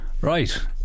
Right